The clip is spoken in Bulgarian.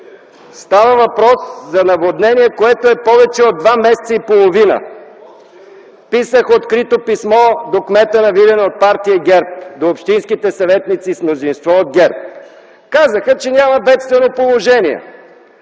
Става въпрос за наводнение, което е повече от два месеца и половина. Писах открито писмо до кмета на Видин от Партия ГЕРБ, до общинските съветници с мнозинството от ГЕРБ. Казаха, че няма бедствено положение.